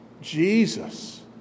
Jesus